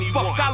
Fuck